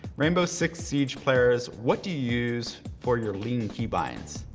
rainbow six siege players, what do you use for your lean keybinds?